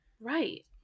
right